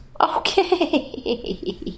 Okay